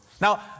Now